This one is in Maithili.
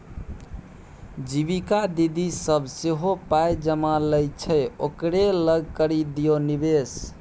जीविका दीदी सभ सेहो पाय जमा लै छै ओकरे लग करि दियौ निवेश